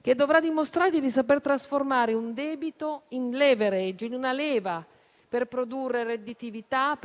che dovrà dimostrare di saper trasformare un debito in *leverage*, in una leva per produrre redditività,